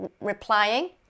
replying